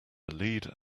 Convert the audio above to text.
lead